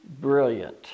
brilliant